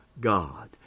God